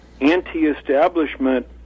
anti-establishment